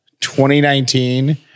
2019